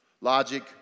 logic